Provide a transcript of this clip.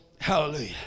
Hallelujah